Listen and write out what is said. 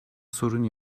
sorun